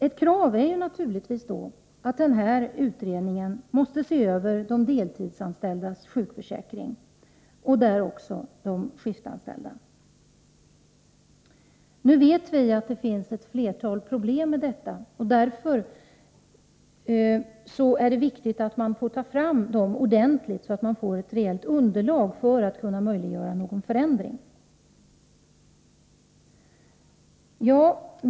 Ett krav är naturligtvis då att den här utredningen måste se över de deltidsanställdas sjukförsäkring liksom även de skiftanställdas. Vi vet att det finns flera problem i det sammanhanget. Därför är det viktigt att man får ta fram dessa problem ordentligt, så att man får ett rejält underlag för att åstadkomma en förändring.